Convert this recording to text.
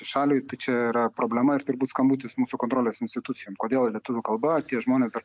šaliai tai čia yra problema ir turbūt skambutis mūsų kontrolės institucijom kodėl lietuvių kalba tie žmonės dar